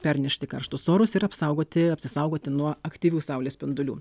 pernešti karštus orus ir apsaugoti apsisaugoti nuo aktyvių saulės spindulių